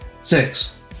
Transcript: Six